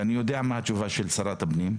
ואני יודע מה התשובה של שרת הפנים,